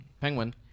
Penguin